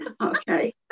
okay